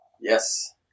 Yes